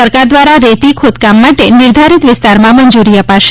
સરકાર દ્વારા રેતી ખોદકામ માટે નિર્ધારીત વિસ્તારમાં મંજુરી અપાશે